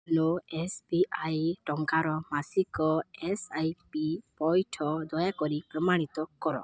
S B I ଟଙ୍କାର ମାସିକ S I P ପଇଠ ଦୟାକରି ପ୍ରମାଣିତ କର